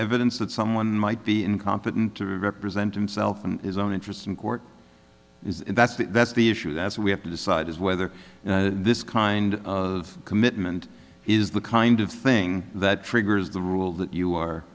evidence that someone might be incompetent to represent himself and his own interests in court that's the that's the issue as we have to decide is whether this kind of commitment is the kind of thing that triggers the rule that you are